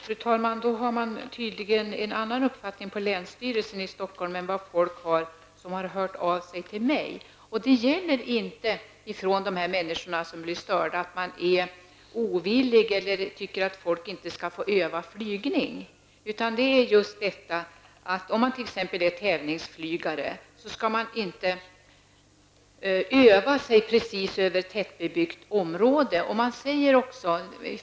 Fru talman! Då har man tydligen en annan uppfattning på länsstyrelsen i Stockholm än folk som har hört av sig till mig. De människor som blir störda är inte ovilliga på något sätt eller anser att människor inte skall få övningsflyga. Men de som är t.ex. tävlingsflygare skall inte öva precis över tättbebyggt område.